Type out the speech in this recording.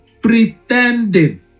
pretending